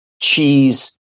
cheese